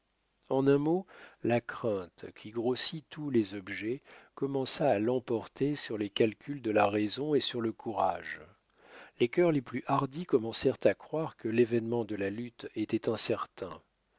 en un mot la crainte qui grossit tous les objets commença à l'emporter sur les calculs de la raison et sur le courage les cœurs les plus hardis commencèrent à croire que l'événement de la lutte était incertain